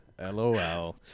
LOL